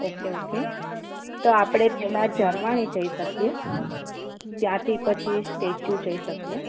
okay okay તો આપણે પહેલાં ઝરવાણી જઈ શકીએ ત્યાંથી પછી સ્ટેચ્યુ જઈ શકીએ